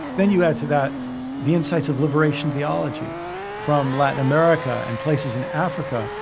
then you add to that the insights of liberation theology from latin america and places in africa,